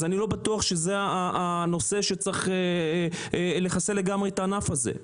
אז אני לא בטוח שזה הנושא שצריך לחסל לגמרי את הענף הזה,